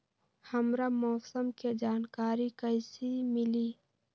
हमरा मौसम के जानकारी कैसी मिली?